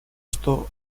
что